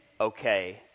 Okay